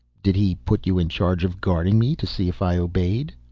did he put you in charge of guarding me to see if i obeyed?